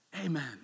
Amen